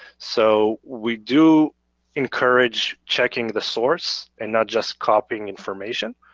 so we do encourage checking the source and not just copying information.